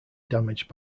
damaged